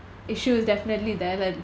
issue is definitely there lah it's